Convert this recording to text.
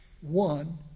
one